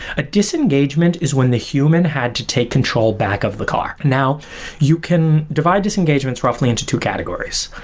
a disengagement is when the human had to take control back of the car. now you can divide this engagements roughly into two categories.